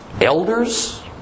elders